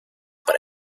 para